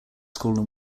school